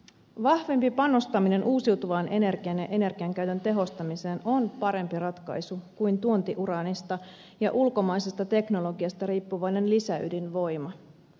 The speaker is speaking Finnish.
vahvempi panostaminen uusiutuvaan energiaan ja energiankäytön tehostamiseen on parempi ratkaisu kuin tuontiuraanista ja ulkomaisesta teknologiasta riippuvainen lisäydinvoima